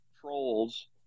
trolls